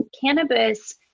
cannabis